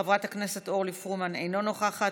חברת הכנסת אורלי פרומן, אינה נוכחת,